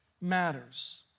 matters